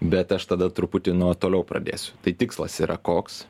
bet aš tada truputį nuo toliau pradėsiu tai tikslas yra koks